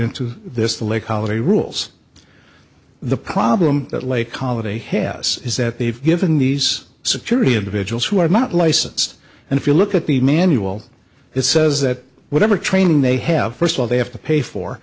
into this the lake holiday rules the problem that lake holiday has is that they've given these security of vigils who are not licensed and if you look at the manual it says that whatever training they have first what they have to pay for